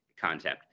concept